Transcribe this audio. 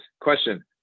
question